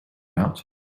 out